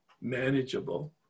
manageable